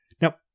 Now